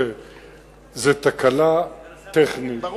זאת תקלה טכנית,